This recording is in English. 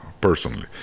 personally